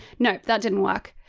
no, that didn't work,